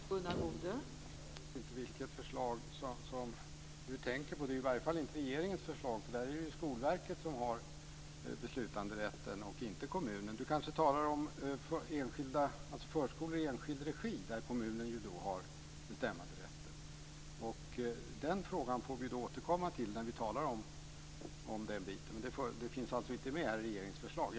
Fru talman! Jag vet inte vilket förslag som Anders Sjölund tänker på. Det är i varje fall inte regeringens förslag. I detta är det Skolverket som har beslutanderätten, inte kommunen. Anders Sjölund talar kanske om förskolor i enskild regi, där kommunen har bestämmanderätten. Den frågan får vi återkomma till när vi har att diskutera ett sådant ärende. Den finns inte med i regeringens förslag.